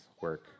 work